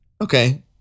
okay